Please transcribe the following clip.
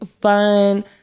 fun